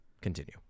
continue